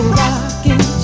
rocking